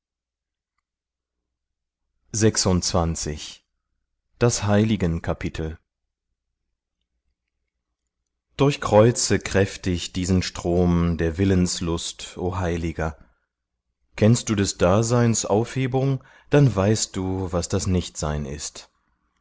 brhmaavaggo durchkreuze kräftig diesen strom der willenslust o heiliger kennst du des daseins aufhebung dann weißt du was das nichtsein ist